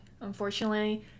unfortunately